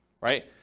right